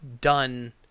done